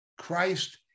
Christ